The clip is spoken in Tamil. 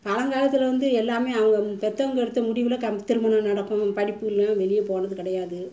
பழங்காலத்துல வந்து எல்லாமே அவங்க பெற்றவங்க எடுத்த முடிவில் கம் திருமணம் நடக்கணும் படிப்புலேயும் வெளியே போனது கிடையாது